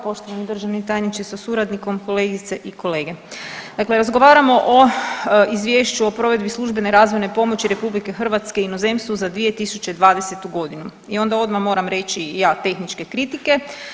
Poštovani državni tajnice sa suradnikom, kolegice i kolega, dakle razgovaramo o Izvješću o provedbi službene razvojne pomoći RH inozemstvu za 2020. godinu i onda odmah moram reći i ja tehničke kritike.